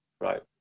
Right